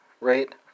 rate